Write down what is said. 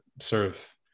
serve